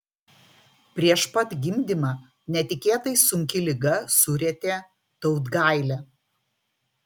prieš pat gimdymą netikėtai sunki liga surietė tautgailę